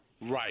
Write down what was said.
Right